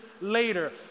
Later